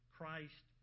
Christ